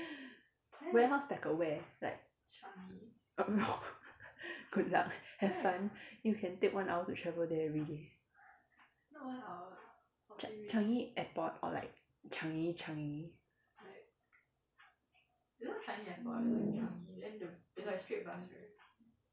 warehouse packer where like good luck have fun you can take one hour to travel there everyday ch~ changi airport or like changi changi